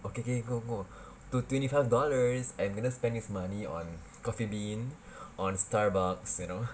okay okay go go to twenty five dollars I gonna spend this money on Coffee Bean on Starbucks you know